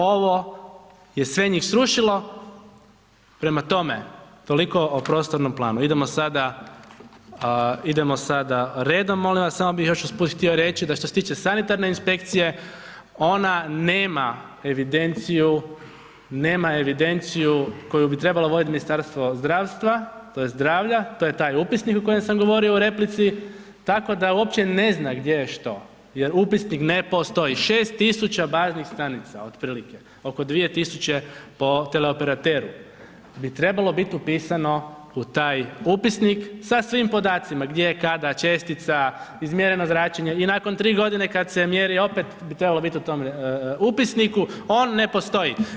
Ovo je sve njih srušilo, prema tome, toliko o prostornom planu, idemo sada, idemo sada redom molim vas samo bih još usput htio reći, da što se tiče sanitarne inspekcije, ona nema evidenciju, nema evidenciju koju bi trebalo vodit Ministarstvo zdravstva tj. zdravlja, to je taj upisnik o kojem sam govorio u replici, tako da uopće ne zna gdje je što jer upisnik ne postoji 6000 baznih stanica otprilike, oko 2000 po teleoperateru bi trebalo biti upisano u taj upisnika sa svim podacima, gdje, kada čestica, izmjereno zračenje i nakon 3 g. kad se mjeri, opet bi trebalo bit u tom upisniku, on ne postoji.